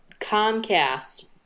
Comcast